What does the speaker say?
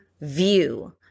view